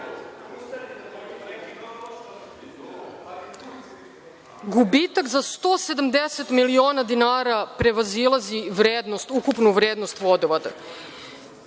gubitak za 170 miliona dinara prevazilazi ukupnu vrednost „Vodovoda“.Kada